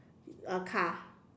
uh car